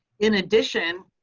in addition,